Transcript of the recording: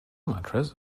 mattress